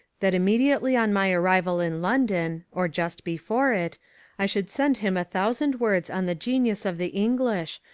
that immediately on my arrival in london or just before it i should send him a thousand words on the genius of the english,